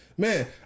Man